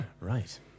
Right